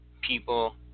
people